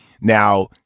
Now